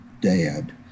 dad